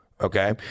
Okay